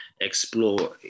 explore